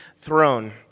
throne